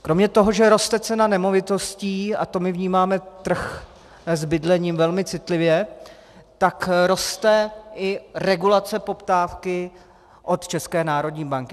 Kromě toho, že roste cena nemovitostí, a to my vnímáme trh s bydlením velmi citlivě, tak roste i regulace poptávky od České národní banky.